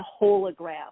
hologram